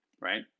right